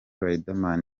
riderman